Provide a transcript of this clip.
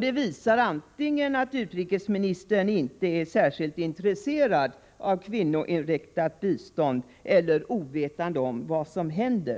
Det visar antingen att utrikesministern inte är särskilt intresserad av kvinnoinriktat bistånd eller att han är ovetande om vad som händer.